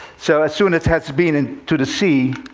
so as soon it has been and to the sea,